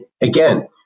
again